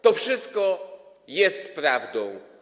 To wszystko jest prawdą.